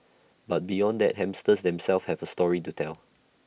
but beyond that hamsters themselves have A story to tell